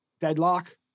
Deadlock